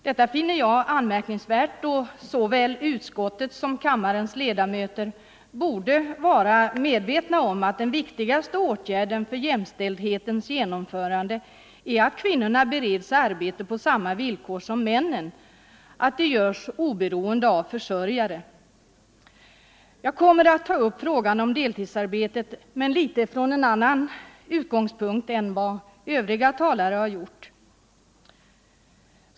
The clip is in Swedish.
Detta finner jag anmärkningsvärt, då såväl utskottet som kammarens ledamöter borde vara medvetna om att den viktigaste åtgärden för jämställdhetens genomförande är att kvinnorna bereds arbete på samma villkor som männen. Detta bör gälla oberoende av vem som är försörjare. Jag kommer att ta upp frågan om deltidsarbetet men från en annan utgångspunkt än vad övriga talare har gjort.